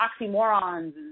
oxymorons